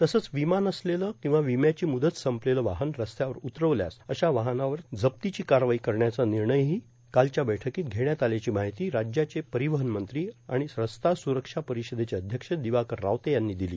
तसंच र्विमा नसलेलं र्किंवा र्विम्याची मुदत संपेलेलं वाहन रस्त्यावर उतरवल्यास अशा वाहनावर तात्पुरत्या जप्तीची कारवाई करण्याचा निणयहां कालच्या बैठकोंत घेण्यात आल्याची मार्ाहती राज्याचे र्पारवहन मंत्री आर्ाण रस्ता सुरक्षा र्पारषदेचे अध्यक्ष र्दिवाकर रावते यांनी र्दिलो